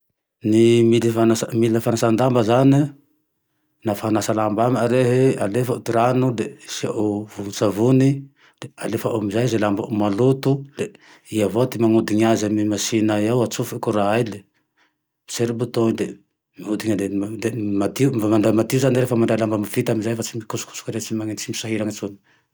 Ny mila fanasan-damba zane, lafa hanasa lamba amae rehe le alefao ty rano le asiao vovo-tsavony, de alefao amy zay ze lambao maloto. I avao ty manodiny aze amy masiny io ao. Atofoy courant ay le potsery bouton le-de miodiny le madio, mba mandra madio zane rehe fa mandray lamba vita amezay fa tsy mikosokosiky rehe fa tsy misahirana intsony